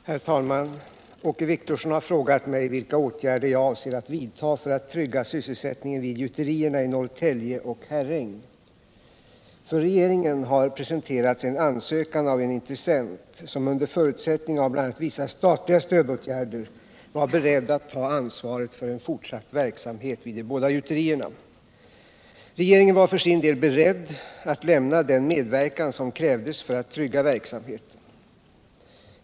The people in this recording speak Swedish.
Herr talman! Åke Wictorsson har frågat mig vilka åtgärder jag avser att vidta för att trygga sysselsättningen vid gjuterierna i Norrtälje och Herräng. | För regeringen har presenterats en ansökan av en intressent, som under förutsättning av bl.a. vissa statliga stödåtgärder var beredd att ta ansvaret för en fortsatt verksamhet vid de båda gjuterierna. | Regeringen var för sin del beredd att lämna den medverkan som krävdes för att trygga verksamheten.